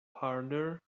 harder